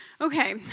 okay